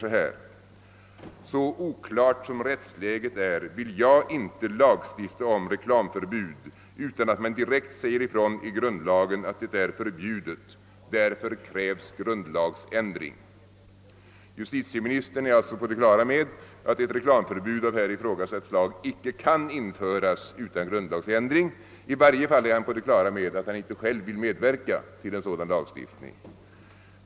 säger: »——— så oklart som rättsläget är vill jag inte lagstifta om reklamförbud utan att man direkt säger ifrån i grundlagen att det är förbjudet. Därför krävs grundlagsändring.» Justitieministern är alltså på det klara med att ett reklamförbud av här ifrågasatt slag icke kan införas utan grundlagsändring. I varje fall är han på det klara med att han inte själv vill medverka till en sådan lagstiftning.